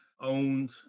owned